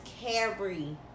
carry